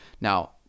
Now